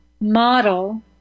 model